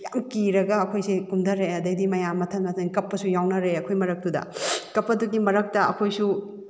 ꯌꯥꯝ ꯀꯤꯔꯒ ꯑꯩꯈꯣꯏꯁꯦ ꯀꯨꯝꯊꯔꯛꯑꯦ ꯑꯗꯩꯗꯤ ꯃꯌꯥꯝ ꯃꯊꯪ ꯃꯊꯪ ꯀꯞꯄꯁꯨ ꯌꯥꯎꯅꯔꯛꯑꯦ ꯑꯩꯈꯣꯏ ꯃꯔꯛꯇꯨꯗ ꯀꯞꯄꯗꯨꯒꯤ ꯃꯔꯛꯇ ꯑꯩꯈꯣꯏꯁꯨ